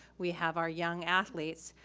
we have our young athletes,